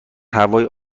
هوای